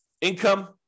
Income